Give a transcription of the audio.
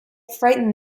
frightened